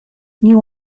you